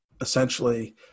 essentially